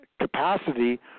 capacity